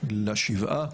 שהגיעו ל'שבעה'